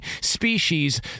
species